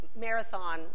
Marathon